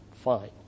fine